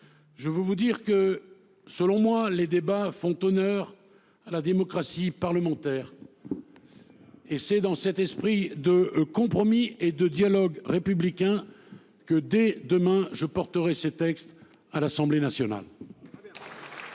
je veux vous dire que, selon moi, les débats font honneur à la démocratie parlementaire. Au Sénat ! Et c'est dans cet esprit de compromis et de dialogue républicain que, dès demain, je défendrai ce texte à l'Assemblée nationale.